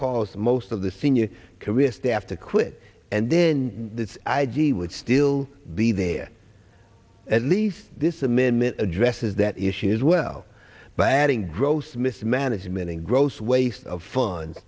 caused most of the senior career staff to quit and then id would still be there at least this amendment addresses that issue as well but adding gross mismanagement and gross waste of funds